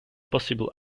possible